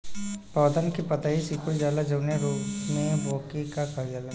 पौधन के पतयी सीकुड़ जाला जवने रोग में वोके का कहल जाला?